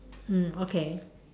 mm okay